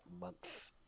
month